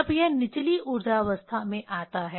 जब यह निचली ऊर्जा अवस्था में आता है